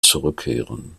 zurückkehren